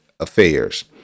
Affairs